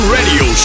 Radio